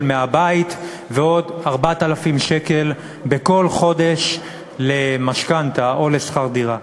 מהבית ועוד 4,000 שקלים בכל חודש למשכנתה או לשכר דירה.